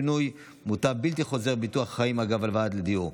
13) (שינוי מוטב בלתי חוזר בביטוח חיים אגב הלוואה לדיור),